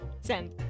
Send